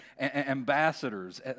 ambassadors